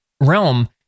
realm